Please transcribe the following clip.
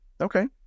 Okay